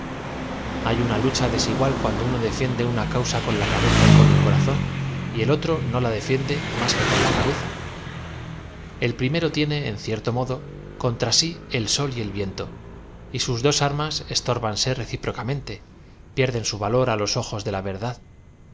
ay lucha desigual cuando uno defiende una causa con la cabeza y con el corazón y el otro no la defiende más que con la cabeza e l primero tiene en cierto modo contra si el aol y el viento y bus dos armas es tórbanse reciprocamente pierden su valo r á los ojos de la verdad